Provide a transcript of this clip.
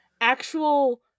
actual